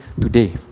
today